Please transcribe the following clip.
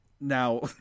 Now